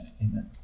Amen